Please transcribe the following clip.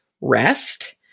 rest